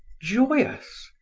joyous,